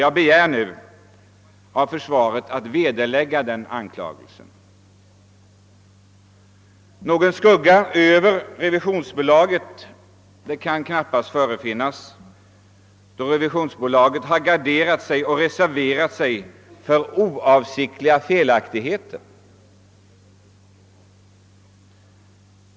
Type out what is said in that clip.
Jag begär nu att »försvaret» vederlägger denna anklagelse. Någon skugga kan inte falla över revisionsbolaget, då detta har garderat sig genom att reservera sig för oavsiktliga felaktigheter.